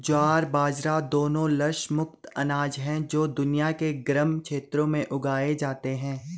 ज्वार बाजरा दोनों लस मुक्त अनाज हैं जो दुनिया के गर्म क्षेत्रों में उगाए जाते हैं